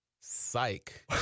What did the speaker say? Psych